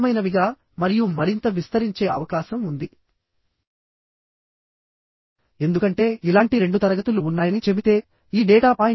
ఒకవేళ 1 2 4 5 6 యొక్క net area ని తీసుకుంటే ఇక్కడ రెండు ఇంక్లైన్డ్ లైన్స్ ఉన్నాయి